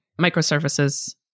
microservices